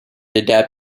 adapt